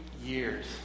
years